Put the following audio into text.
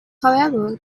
however